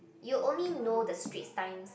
you only know the Straits Times